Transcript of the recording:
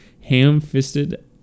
ham-fisted